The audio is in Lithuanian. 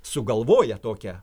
sugalvoję tokią